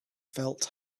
felt